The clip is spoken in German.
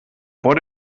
vor